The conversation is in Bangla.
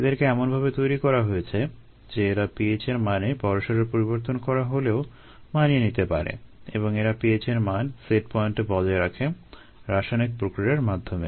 এদেরকে এমনভাবে তৈরি করা হয়েছে যে এরা pH এর মানে বড়সড় পরিবর্তন করা হলেও মানিয়ে নিতে পারে এবং এরা pH এর মান সেট পয়েন্টে বজায় রাখে রাসায়নিক প্রক্রিয়ার মাধ্যমে